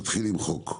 תתחיל למחוק.